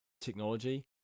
technology